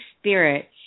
Spirit